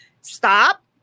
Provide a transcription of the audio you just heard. stop